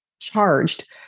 charged